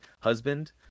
husband